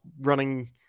running